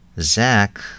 Zach